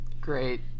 Great